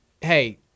Hey